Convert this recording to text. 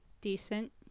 Decent